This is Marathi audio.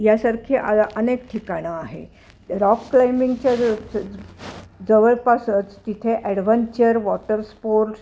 यासारखी आ अनेक ठिकाणं आहे रॉक क्लाइम्बिंगच्या ज जवळपासच तिथे ॲडववेंचर वॉटर स्पोर्ट्स